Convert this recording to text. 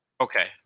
Okay